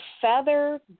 feather